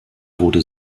wurde